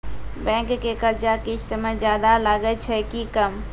Bank के कर्जा किस्त मे ज्यादा लागै छै कि कम?